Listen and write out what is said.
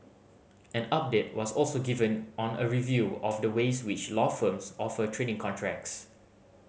an update was also given on a review of the ways which law firms offer training contracts